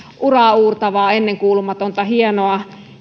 uraauurtavaa ennenkuulumatonta hienoa